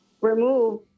remove